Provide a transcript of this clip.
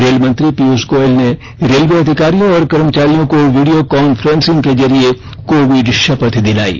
rail मंत्री पीयूष गोयल ने railway अधिकारियों और कर्मचारियों को वीडियो कांफ्रेंसिंग के जरिये कोविड शपथ दिलायी